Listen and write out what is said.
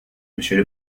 monsieur